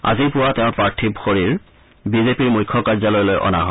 আজি পুৱা তেওঁৰ পাৰ্থিব শৰীৰি বি জে পিৰ মুখ্য কাৰ্যলয়লৈ অনা হয়